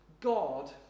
God